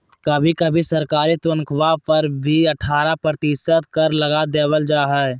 कभी कभी सरकारी तन्ख्वाह पर भी अट्ठारह प्रतिशत कर लगा देबल जा हइ